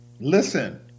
Listen